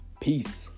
Peace